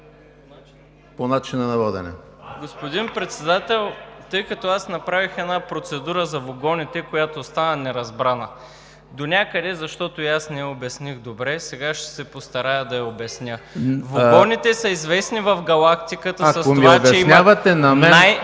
(БСП за България): Господин Председател, тъй като аз направих една процедура за вогоните, която остана неразбрана, донякъде защото и аз не я обясних добре. Сега ще се постарая да я обясня. Вогоните са известни в Галактиката с това, че имат най-…